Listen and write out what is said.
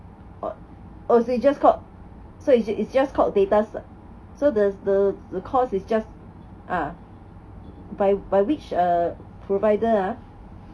oh so is just called so is just is just called data sci~ so the the the course is just uh by by which provider ah